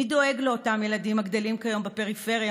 מי דואג לאותם ילדים הגדלים כיום בפריפריה